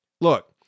look